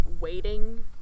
waiting